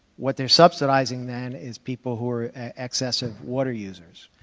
what they're subsidizing, then, is people who are excessive water users,